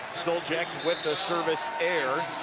so with the service error